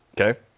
Okay